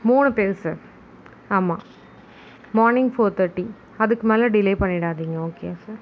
மூணு பேர் சார் ஆமாம் மார்னிங் ஃபோர் தேர்ட்டி அதுக்கு மேலே டிலே பண்ணிவிடாதீங்க ஓகேவா சார்